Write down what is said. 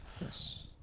Yes